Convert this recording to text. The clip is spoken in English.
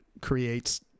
creates